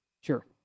Sure